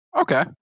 Okay